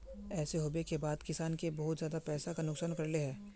ऐसे होबे के बाद किसान के बहुत ज्यादा पैसा का भुगतान करले है?